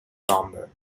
bomber